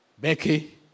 Becky